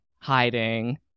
hiding